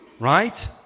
Right